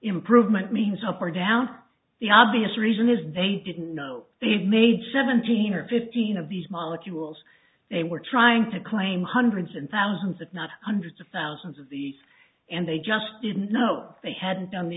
improvement means up or down the obvious reason is they didn't know they'd made seventeen or fifteen of these molecules they were trying to claim hundreds and thousands if not hundreds of thousands of these and they just didn't know they had done the